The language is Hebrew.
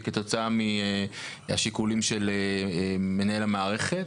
שייגרם כתוצאה מהשיקולים של מנהל המערכת,